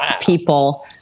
people